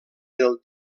del